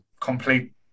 complete